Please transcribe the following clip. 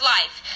Life